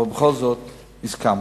בכל זאת הסכמנו.